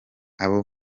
abo